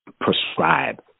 prescribe